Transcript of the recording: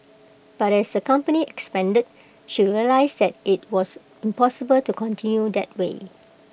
but as the company expanded she realised that IT was impossible to continue that way